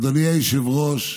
אדוני היושב-ראש,